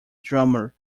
drummer